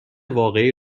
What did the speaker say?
واقعی